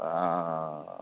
आं